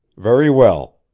very well.